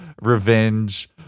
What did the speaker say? revenge